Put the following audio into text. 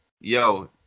Yo